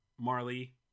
Marley